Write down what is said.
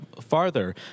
farther